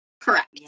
Correct